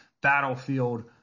battlefield